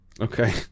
okay